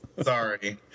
Sorry